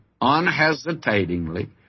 unhesitatingly